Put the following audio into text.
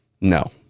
no